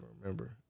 remember